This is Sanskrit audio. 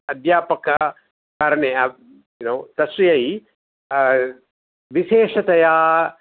अध्यापककरने तस्यै विशेषतया